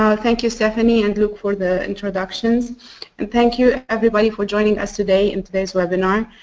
ah thank you stephanie and luc for the introductions and thank you everybody for joining us today in today's webinar.